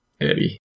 Eddie